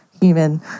human